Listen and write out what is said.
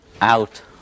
out